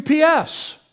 UPS